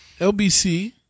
LBC